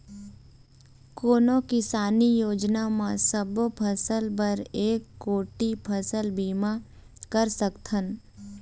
कोन किसानी योजना म सबों फ़सल बर एक कोठी फ़सल बीमा कर सकथन?